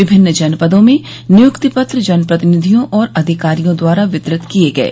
विभिन्न जनपदों में नियुक्ति पत्र जनप्रतिनिधियों और अधिकारियों द्वारा वितरित किये गये